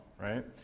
right